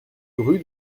rue